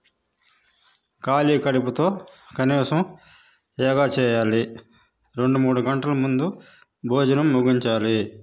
ఖాళీ కడుపుతో కనీసం యోగా చేయాలి రెండు మూడు గంటల ముందు భోజనం ముగించాలి